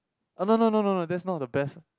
oh no no no no no that's not the best